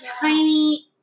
tiny